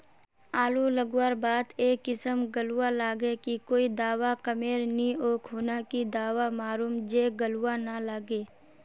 आलू लगवार बात ए किसम गलवा लागे की कोई दावा कमेर नि ओ खुना की दावा मारूम जे गलवा ना लागे?